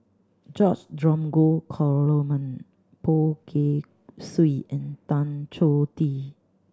George Dromgold Coleman Poh Kay Swee and Tan Choh Tee